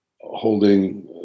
holding